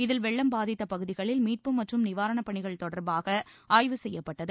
இதில் வெள்ளம் பாதித்த பகுதிகளில் மீட்பு மற்றும் நிவாரணப்பணிகள் தொடர்பாக ஆய்வு செய்யப்பட்டது